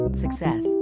Success